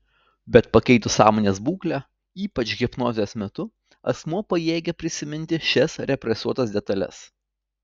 bet pakeitus sąmonės būklę ypač hipnozės metu asmuo pajėgia prisiminti šias represuotas detales